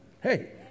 Hey